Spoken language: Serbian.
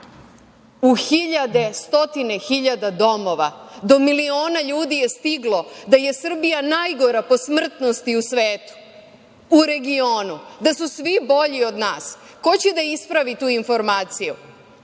u hiljade, stotine hiljada domova, do miliona ljudi je stiglo da je Srbija najgora po smrtnosti u svetu, u regionu, da su svi bolji od nas. Ko će da ispravi tu informaciju?